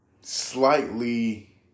slightly